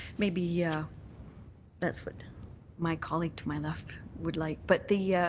maybe yeah that's what my colleague to my left would like. but the yeah